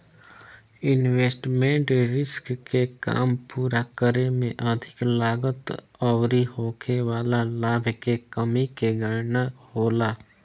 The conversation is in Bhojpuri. इन्वेस्टमेंट रिस्क के काम पूरा करे में अधिक लागत अउरी होखे वाला लाभ के कमी के गणना होला